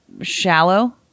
shallow